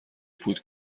فوت